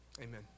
Amen